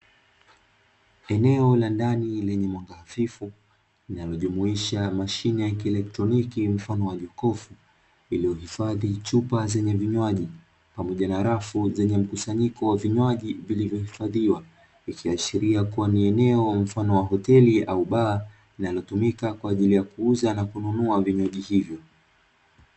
Eneo la ndani lenye mwanga hafifu, linalojumuisha mashine ya "kielektroniki" mfano wa jokofu, iliyohifadhi chupa zenye vinywaji pamoja na rafu zenye mkusanyiko wa vinywaji vilivyohifadhiwa ikiashiria kuwa ni eneo wa mfano wa hoteli au baa, linalotumika kwa ajili ya kuuza na kununua vinywaji hivyo.